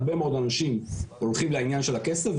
הרבה מאוד אנשים הולכים לעניין של הכסף,